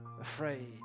afraid